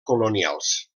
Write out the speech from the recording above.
colonials